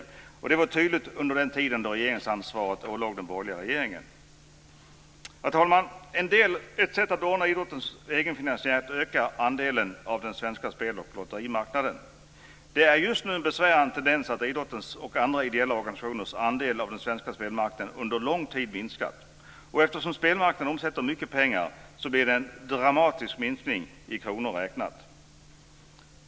Denna generositet var tydlig under den tid då regeringsansvaret ålåg den borgerliga regeringen. Fru talman! En del av idrottens egenfinansiering kan ordnas genom ökning av idrottens andel av den svenska spel och lotterimarknaden. Vi ser en besvärande tendens att idrottens och andra ideella organisationers andel av den svenska spelmarknaden under lång tid minskat. Eftersom spelmarknaden omsätter mycket pengar, blir det en dramatisk minskning i kronor räknat.